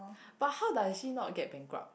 but how does she not get bankrupt